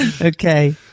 okay